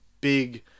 big